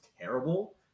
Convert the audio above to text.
terrible